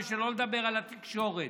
שלא לדבר על התקשורת.